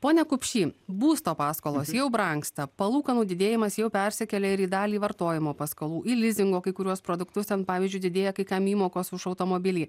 pone kupšy būsto paskolos jau brangsta palūkanų didėjimas jau persikėlė ir į dalį vartojimo paskolų į lizingo kai kuriuos produktus ten pavyzdžiui didėja kai kam įmokos už automobilį